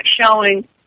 showing